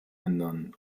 ändern